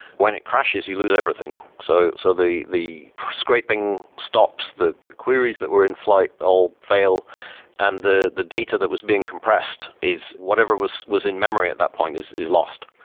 when it crashes you lose everything. so so the the scraping stops the the queries that were in flight all fail and the the data that was being compressed is whatever was was in memory at that point is is lost.